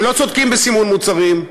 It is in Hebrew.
הם לא צודקים בסימון מוצרים,